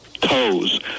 toes